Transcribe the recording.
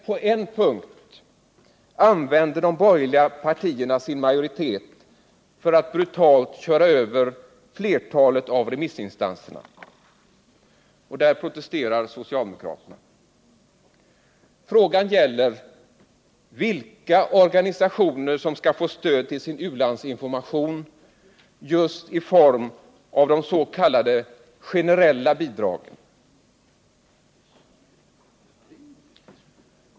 På en punkt använder de borgerliga partierna sin majoritet för att brutalt köra över flertalet av remissinstanserna. Där protesterar socialdemokraterna. Frågan gäller vilka organisationer som skall få stöd till sin u-landsinformation just i form av de s.k. generella bidragen.